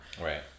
Right